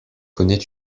connait